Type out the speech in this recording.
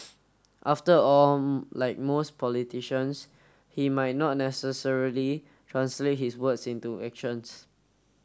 after all like most politicians he might not necessarily translate his words into actions